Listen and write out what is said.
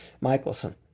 Michelson